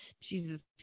jesus